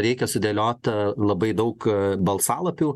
reikia sudėliot labai daug balsalapių